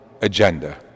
agenda